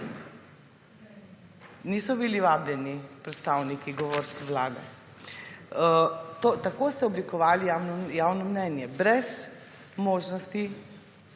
Niso bili vabljeni govorci vlade. Tako ste oblikovali javno mnenje. Brez možnosti